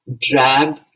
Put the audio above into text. drab